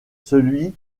celui